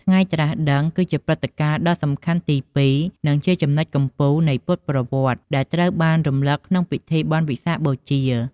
ថ្ងៃត្រាស់ដឹង គឺជាព្រឹត្តិការណ៍ដ៏សំខាន់ទីពីរ និងជាចំណុចកំពូលនៃពុទ្ធប្រវត្តិ ដែលត្រូវបានរំលឹកក្នុងពិធីបុណ្យវិសាខបូជា។